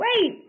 wait